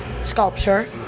sculpture